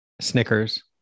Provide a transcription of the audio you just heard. Snickers